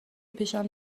پیشم